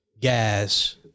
gas